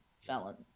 felon